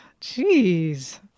Jeez